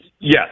Yes